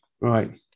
Right